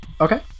Okay